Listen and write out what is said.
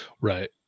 Right